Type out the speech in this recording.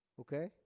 okay